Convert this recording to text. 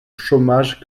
chômage